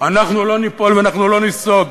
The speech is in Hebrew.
אנחנו לא ניפול, ואנחנו לא ניסוג.